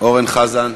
אורן חזן,